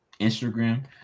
Instagram